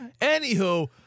Anywho